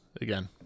again